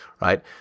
right